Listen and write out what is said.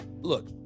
look